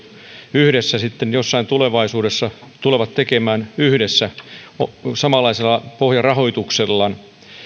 yhdessä sitten jossain tulevaisuudessa tulevat tekemään samanlaisella pohjarahoituksella